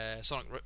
Sonic